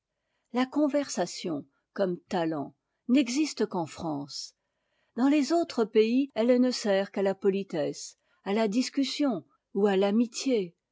la conversation comme talent n'existe qu'en france dans les autres pays elle ne sert qu'à la politesse à la discussion ou à t'amitié